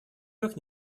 как